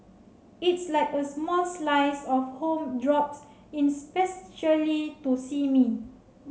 it's like a small slice of home drops in specially to see me